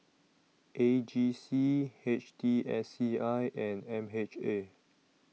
A G C H T S C I and M H A